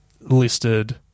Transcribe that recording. listed